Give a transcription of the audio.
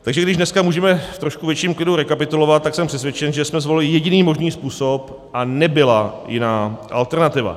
Takže když dneska můžeme v trošku větším klidu rekapitulovat, tak jsem přesvědčen, že jsme zvolili jediný možný způsob a nebyla jiná alternativa.